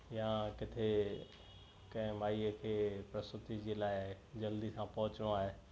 या किथे कंहिं माईअ खे प्रसूती जे लाइ जल्दी सां पहुचणो आहे